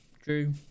Drew